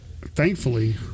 thankfully